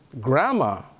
Grandma